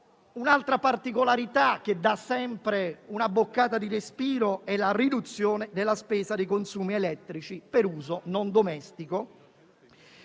Un'altra particolarità che dà una boccata di respiro è la riduzione della spesa dei consumi elettrici per uso non domestico,